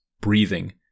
breathing